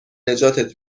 نجاتت